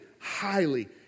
highly